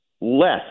less